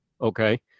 Okay